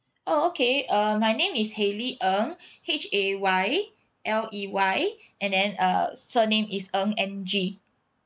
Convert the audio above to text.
oh okay uh my name is hayley ng H A Y L E Y and then uh surname is ng N G